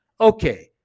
okay